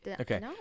Okay